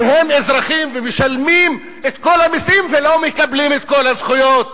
והם אזרחים ומשלמים את כל המסים ולא מקבלים את כל הזכויות.